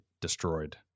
destroyed